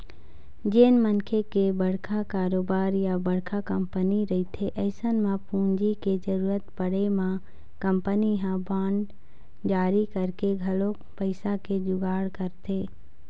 जेन मनखे के बड़का कारोबार या बड़का कंपनी रहिथे अइसन म पूंजी के जरुरत पड़े म कंपनी ह बांड जारी करके घलोक पइसा के जुगाड़ करथे